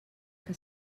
que